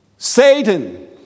Satan